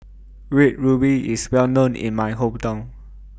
Red Ruby IS Well known in My Hometown